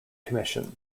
commission